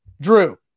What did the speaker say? Drew